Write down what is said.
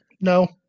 No